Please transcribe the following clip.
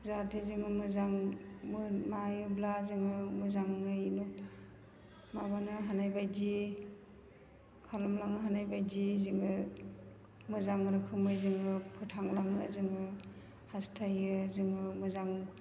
जाहाथे जोङो मोजां नायोब्ला जोङो मोजाङैनो माबानो हानाय बायदि खालामलांनो हानाय बायदि जोङो मोजां रोखोमै जोङो फोथांलाङो जोङो हास्थायो जोङो मोजां